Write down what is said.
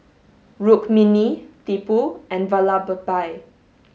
Tukmini Tipu and Vallabhbhai